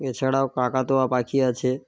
এছাড়াও কাকাতুয়া পাখি আছে